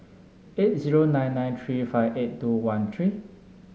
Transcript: eight zero nine nine three five eight two one three